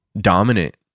dominant